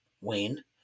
Wayne